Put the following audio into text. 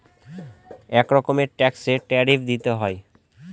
এক রকমের ট্যাক্সে ট্যারিফ দিতে হয়